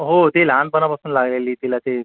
हो ती लहानपणापासून लागलेली तिला ते